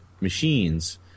machines